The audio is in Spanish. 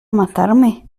matarme